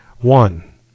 One